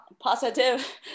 positive